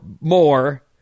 more